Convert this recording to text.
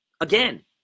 Again